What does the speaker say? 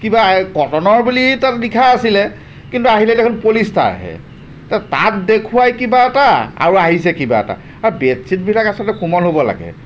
কিবা কটন বুলি তাত লিখা আছিলে কিন্তু আহিলে দেখোন পলিষ্টাৰ হে তাত দেখোৱাই কিবা এটা আহিছে কিবা এটা আৰু বেডচিটবিলাক আচলতে কোমল হ'ব লাগে